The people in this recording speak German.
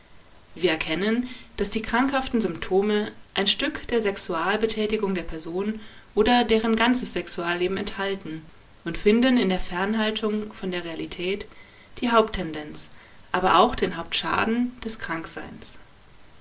wir erkennen daß die krankhaften symptome ein stück der sexualbetätigung der person oder deren ganzes sexualleben enthalten und finden in der fernhaltung von der realität die haupttendenz aber auch den hauptschaden des krankseins